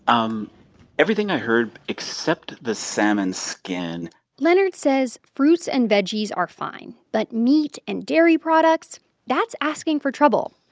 um everything i heard, except the salmon skin leonard says fruits and veggies are fine, but meat and dairy products that's asking for trouble.